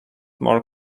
more